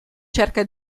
cerca